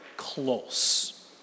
close